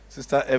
Sister